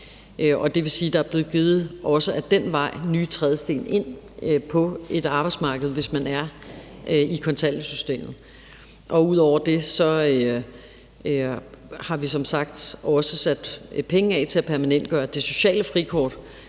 det vil sige, at der også ad den vej er blevet givet nye trædesten ind på et arbejdsmarked, hvis man er i kontanthjælpssystemet. Ud over det har vi som sagt også sat penge af til at permanentgøre det sociale frikort,